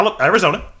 Arizona